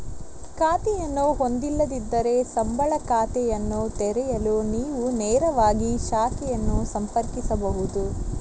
ಖಾತೆಯನ್ನು ಹೊಂದಿಲ್ಲದಿದ್ದರೆ, ಸಂಬಳ ಖಾತೆಯನ್ನು ತೆರೆಯಲು ನೀವು ನೇರವಾಗಿ ಶಾಖೆಯನ್ನು ಸಂಪರ್ಕಿಸಬಹುದು